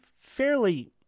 fairly